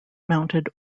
mounted